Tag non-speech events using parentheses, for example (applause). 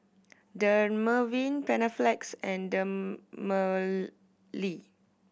Dermaveen Panaflex and (unintelligible)